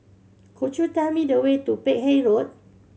could you tell me the way to Peck Hay Road